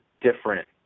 different